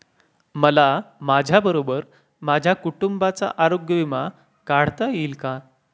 मला माझ्याबरोबर माझ्या कुटुंबाचा आरोग्य विमा काढता येईल का?